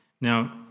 Now